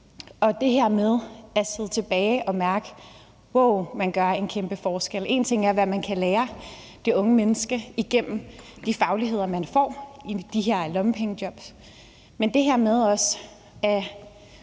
det var at sidde tilbage og mærke: Wow, man gør en kæmpe forskel. En ting er, hvad de unge mennesker kan lære igennem de fagligheder, de får igennem de her lommepengejobs, men noget andet er at